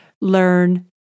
learn